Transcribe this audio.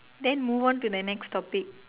then move on to the next topic